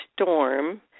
storm